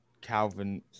Calvin